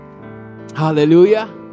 Hallelujah